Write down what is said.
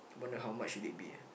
I wonder how much should it be ah